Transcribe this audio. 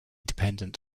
dependent